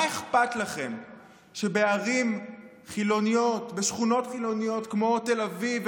מה אכפת לכם שבערים ובשכונות חילוניות כמו תל אביב,